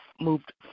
moved